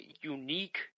unique